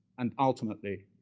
and, ultimately,